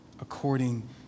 according